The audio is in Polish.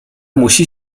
musi